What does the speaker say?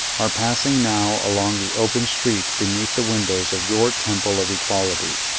are passing now along the open street beneath the windows of your temple of equality!